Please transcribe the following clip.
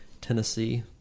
Tennessee